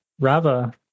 Rava